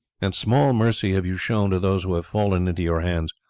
and small mercy have you shown to those who have fallen into your hands,